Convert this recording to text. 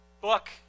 book